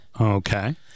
Okay